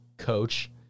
coach